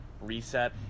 reset